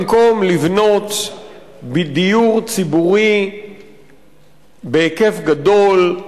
במקום לבנות דיור ציבורי בהיקף גדול,